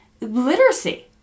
literacy